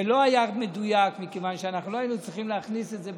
זה לא היה מדויק מכיוון שאנחנו לא היינו צריכים להכניס את זה בחוק,